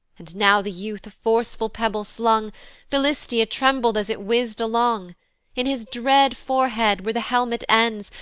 and now the youth the forceful pebble slung philistia trembled as it whizz'd along in his dread forehead, where the helmet ends,